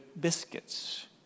biscuits